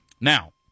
Now